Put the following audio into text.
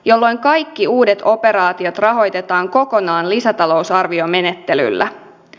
jolloin kaikki uudet operaatiot rahoitetaan kokonaan lisätalousarviomenettelyllä